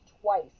twice